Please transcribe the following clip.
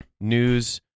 news